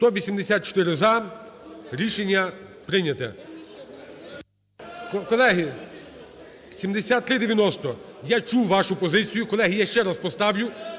За-184 Рішення прийняте. Колеги, 7390. Я чув вашу позицію, колеги. Я ще раз поставлю